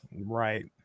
Right